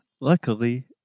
luckily